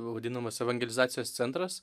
vadinamas evangelizacijos centras